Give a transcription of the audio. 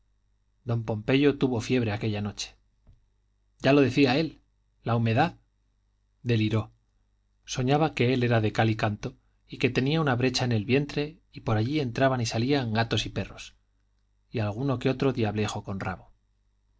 don pompeyo tuvo fiebre aquella noche ya lo decía él la humedad deliró soñaba que él era de cal y canto y que tenía una brecha en el vientre y por allí entraban y salían gatos y perros y alguno que otro diablejo con rabo